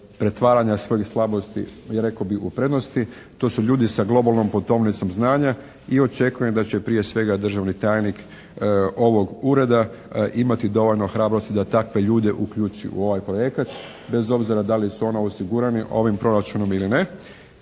pretvaranja svojih slabosti rekao bih u prednosti. To su ljudi sa globalnom putovnicom znanja i očekujem da će prije svega državni tajnik ovog ureda imati dovoljno hrabrosti da takve ljude uključi u ovaj projekat, bez obzira da li su ona osigurani ovim proračunom ili ne.